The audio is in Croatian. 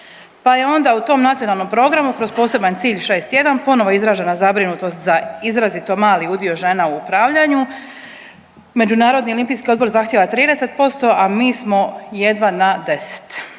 pa je onda u tom nacionalnom programu kroz poseban cilj 6.1. ponovo izražena zabrinutost za izrazito mali udio žena u upravljanju, Međunarodni olimpijski odbor zahtjeva 30%, a mi smo jedva na 10.